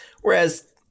Whereas